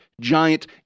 giant